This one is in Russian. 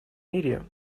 мире